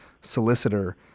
solicitor